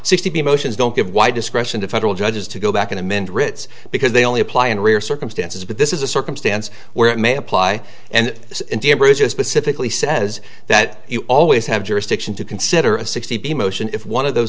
sixty motions don't give y discretion to federal judges to go back and amend writs because they only apply in rare circumstances but this is a circumstance where it may apply and india bruiser specifically says that you always have jurisdiction to consider a sixty b motion if one of those